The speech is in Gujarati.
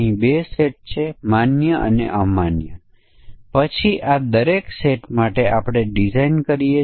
પરંતુ તે પછી અનુભવી પ્રોગ્રામરો તેઓ કેટલાક વિશેષ મૂલ્યોને જાણે છે જ્યાં પ્રોગ્રામ નિષ્ફળ થઈ શકે છે